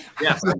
Yes